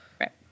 right